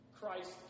Christ